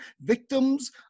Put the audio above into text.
Victims